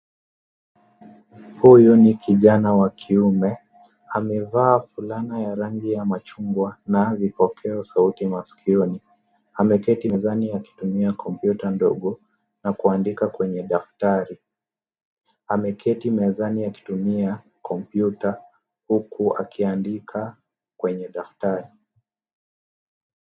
Huyu ni kijana wa kiume, amevaa fulana ya rangi ya machungwa na vipokea sauti masikioni. ameketi mezani akitumia kompyuta ndogo na kuandika kwenye daftari. Ameketi mezani akitumia kompyuta huku akiandika kwenye daftari.